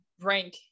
rank